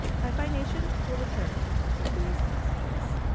high five nation will return after these messages